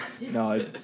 No